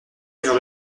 vers